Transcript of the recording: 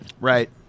Right